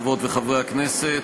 חברות וחברי הכנסת,